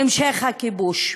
המשך הכיבוש.